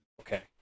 Okay